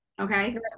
Okay